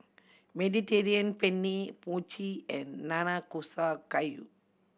Mediterranean Penne Mochi and Nanakusa Gayu